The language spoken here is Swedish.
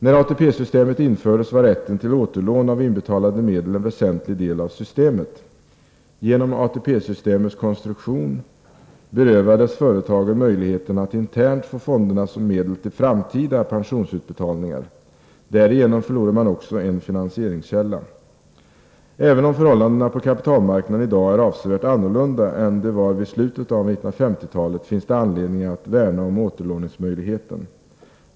När ATP-systemet infördes var rätten till återlån av inbetalade medel en väsentlig del av systemet. Genom ATP-systemets konstruktion berövades företagen möjligheten att internt få fonderna som medel till framtida pensionsutbetalningar. Därigenom förlorade man också en finansieringskälla. Även om förhållandena på kapitalmarknaden i dag är avsevärt annorlunda än de var vid slutet av 1950-talet finns det anledning att värna om återlåningsmöjligheten.